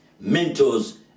mentors